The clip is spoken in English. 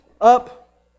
up